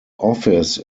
office